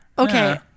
Okay